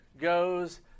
goes